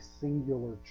singular